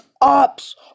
ops